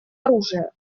оружия